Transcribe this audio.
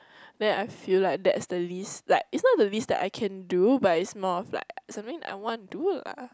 then I feel like that's the least like it's not the least I can do but it's more of like something that I want to do lah